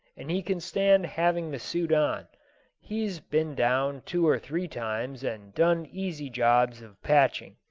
and he can stand having the suit on he's been down two or three times and done easy jobs of patching.